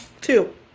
Two